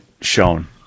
shown